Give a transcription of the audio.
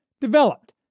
developed